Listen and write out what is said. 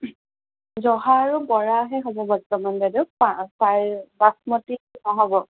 জহা আৰু বৰাহে হ'ব বৰ্তমান বাইদেউ বাচমতি নহ'ব